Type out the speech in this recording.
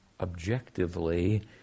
objectively